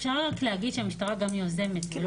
אפשר רק להגיד שהמשטרה גם יוזמת.